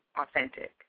authentic